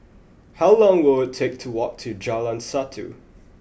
how long will take to walk to Jalan Satu